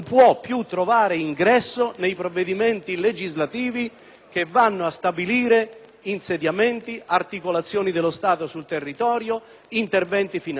insediamenti, articolazioni dello Stato sul territorio, interventi finanziari: in questo modo, non solo si accentuano gli squilibri, che non sono giustificati,